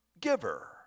giver